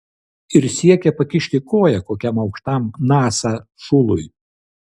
ir siekia pakišti koją kokiam aukštam nasa šului